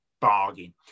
bargain